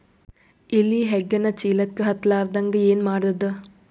ಇಲಿ ಹೆಗ್ಗಣ ಚೀಲಕ್ಕ ಹತ್ತ ಲಾರದಂಗ ಏನ ಮಾಡದ?